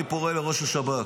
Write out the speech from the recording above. אני פונה לראש השב"כ.